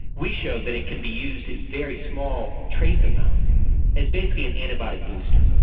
we showed that it can be used in very small trace amounts as basically an antibiotic booster.